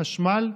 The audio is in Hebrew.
החשמל,